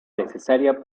necesaria